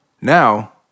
Now